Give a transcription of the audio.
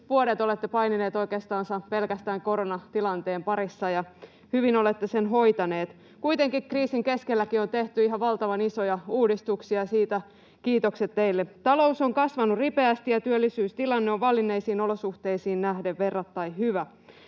vuodet olette painineet oikeastaan pelkästään koronatilanteen parissa, ja hyvin olette sen hoitaneet. Kuitenkin kriisin keskelläkin on tehty ihan valtavan isoja uudistuksia, siitä kiitokset teille. Talous on kasvanut ripeästi ja työllisyystilanne on vallinneisiin olosuhteisiin nähden verrattain hyvä.